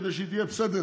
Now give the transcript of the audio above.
כדי שהיא תהיה בסדר